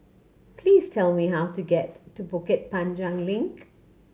please tell me how to get to Bukit Panjang Link